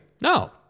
No